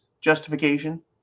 justification